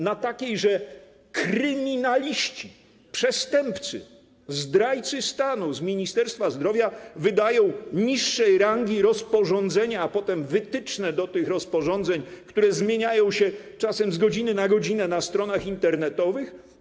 Na takiej, że kryminaliści, przestępcy, zdrajcy stanu z Ministerstwa Zdrowia wydają niższej rangi rozporządzenia, a potem wytyczne do tych rozporządzeń, które zmieniają się czasem z godziny na godzinę na stronach internetowych?